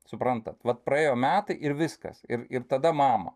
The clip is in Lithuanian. suprantat kad praėjo metai ir viskas ir ir tada mama